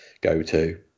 go-to